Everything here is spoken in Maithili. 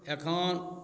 एखन